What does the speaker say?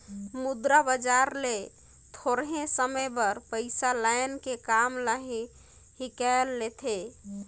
मुद्रा बजार ले थोरहें समे बर पइसा लाएन के काम ल हिंकाएल लेथें